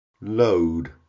Load